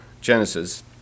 Genesis